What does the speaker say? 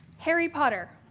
harry potter.